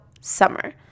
summer